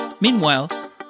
meanwhile